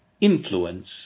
influence